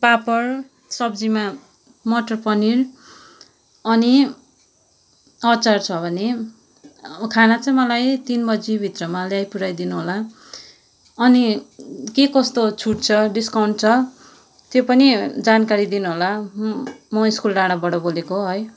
पापड सब्जीमा मटर पनिर अनि अचार छ भने खाना चाहिँ मलाई तिन बजी भित्रमा ल्याइपुर्याइ दिनु होला अनि के कस्तो छुट छ डिस्काउन्ट छ त्यो पनि जानकारी दिनु होला म स्कुल डाँडाबाट बोलेको है